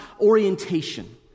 orientation